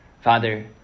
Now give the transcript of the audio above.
Father